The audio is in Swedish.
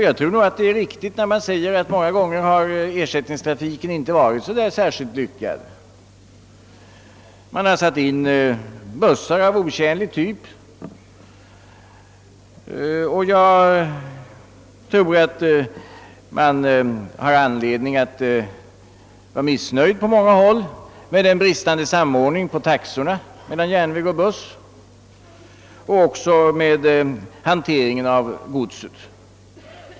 Jag tror att det är riktigt när man säger att ersättningstrafiken många gånger inte har varit särskilt lyckad. Bussar av otjänlig typ har satts in, och på många håll har man säkert anledning att vara missnöjd med den bristande samordningen av taxorna för järnväg och buss och även med hanteringen av godset.